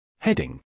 Heading